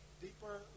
deeper